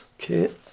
Okay